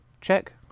Check